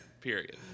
period